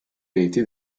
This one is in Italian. reti